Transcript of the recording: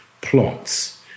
plots